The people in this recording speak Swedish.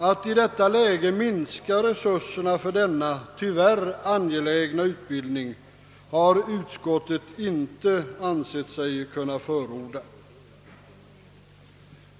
Att i det läget minska resurserna för denna — tyvärr angelägna — utbildning har utskottet inte ansett sig kunna förorda.